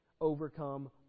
overcome